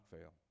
fail